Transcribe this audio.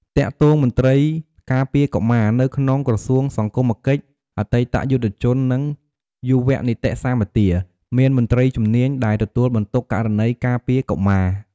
ទាក់ទងមន្រ្តីការពារកុមារ នៅក្នុងក្រសួងសង្គមកិច្ច អតីតយុទ្ធជន និងយុវនីតិសម្បទា មានមន្រ្តីជំនាញដែលទទួលបន្ទុកករណីការពារកុមារ។